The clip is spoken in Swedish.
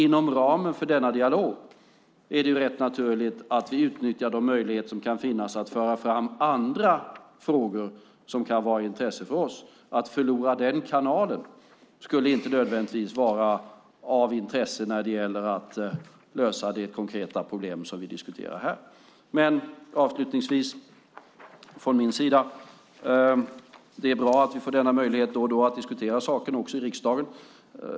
Inom ramen för den dialogen är det naturligt att vi utnyttjar de möjligheter som kan finnas att föra fram andra frågor som kan vara av intresse för oss. Att förlora den kanalen skulle inte nödvändigtvis vara av intresse när det gäller att lösa det konkreta problem som vi diskuterar här. Det är bra att vi då och då får denna möjlighet att diskutera saken också i riksdagen.